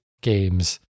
games